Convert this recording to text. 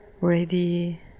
ready